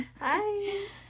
Hi